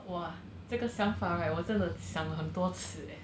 !wah! 这个想法 right 我真的想很多次 eh